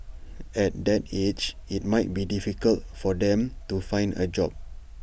at that age IT might be difficult for them to find A job